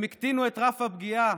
הם הקטינו את רף הפגיעה,